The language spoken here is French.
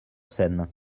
seine